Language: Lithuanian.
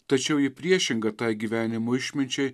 tačiau ji priešinga tai gyvenimo išminčiai